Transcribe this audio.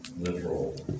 literal